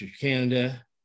canada